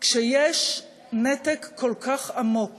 כשיש נתק כל כך עמוק